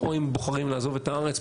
או אם הם בוחרים לעזוב את הארץ,